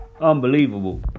Unbelievable